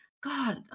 god